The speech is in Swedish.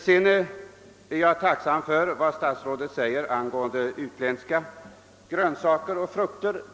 Jag är tacksam för vad statsrådet sade beträffande de utländska frukterna och grönsakerna.